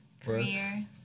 career